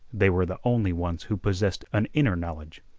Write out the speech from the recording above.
they were the only ones who possessed an inner knowledge.